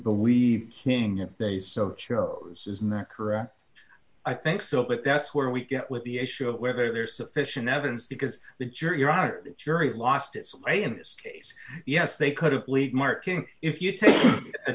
believe king if they so chose is not correct i think so but that's where we get with the issue of whether there's sufficient evidence because the jury your honor jury lost its way in this case yes they could have plead marking if you take